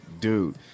dude